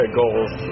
goals